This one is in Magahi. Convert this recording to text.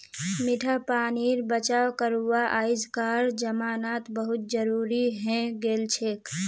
मीठा पानीर बचाव करवा अइजकार जमानात बहुत जरूरी हैं गेलछेक